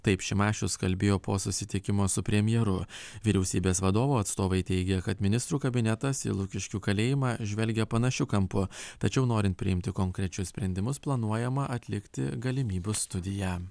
taip šimašius kalbėjo po susitikimo su premjeru vyriausybės vadovo atstovai teigia kad ministrų kabinetas į lukiškių kalėjimą žvelgia panašiu kampu tačiau norint priimti konkrečius sprendimus planuojama atlikti galimybių studiją